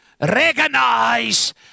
recognize